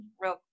real